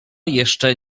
jeszcze